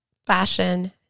Fashion